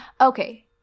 Okay